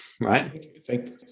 right